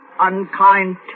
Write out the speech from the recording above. Unkind